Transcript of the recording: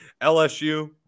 LSU